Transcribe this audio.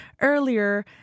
earlier